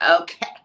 Okay